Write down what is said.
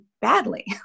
badly